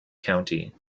county